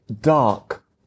dark